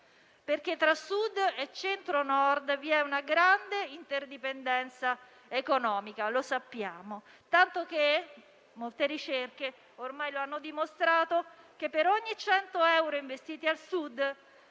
perché tra Sud e Centro-Nord vi è una grande interdipendenza economica (lo sappiamo), tanto che, come molte ricerche hanno ormai dimostrato, per ogni 100 euro investiti al Sud